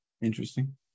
interesting